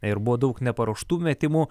ir buvo daug neparuoštų metimų